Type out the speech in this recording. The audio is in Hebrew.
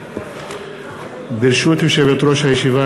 ברשות יושבת-ראש הישיבה,